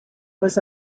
was